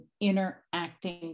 interacting